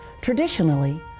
Traditionally